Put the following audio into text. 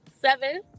seven